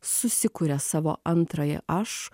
susikuria savo antrąjį aš